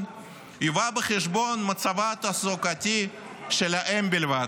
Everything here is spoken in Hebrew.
יובא בחשבון מצבה התעסוקתי של האם בלבד",